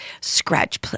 Scratch